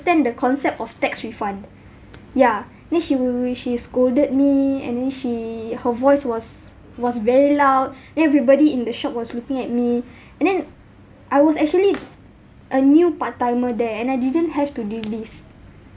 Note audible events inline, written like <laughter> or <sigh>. the concept of tax refund ya then she were which she scolded me and then she her voice was was very loud <breath> then everybody in the shop was looking at me <breath> and then I was actually a new part-timer there and I didn't have to do this